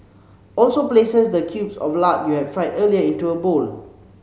also places the cubes of lard you had fried earlier into a bowl